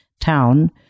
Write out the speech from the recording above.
town